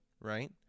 right